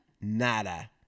Nada